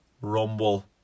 Rumble